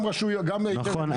גם רשויות --- נכון,